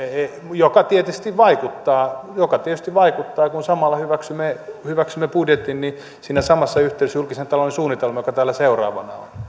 joka tietysti vaikuttaa tietysti vaikuttaa kun hyväksymme hyväksymme budjetin niin siinä samassa yhteydessä hyväksymme julkisen talouden suunnitelman joka täällä seuraavana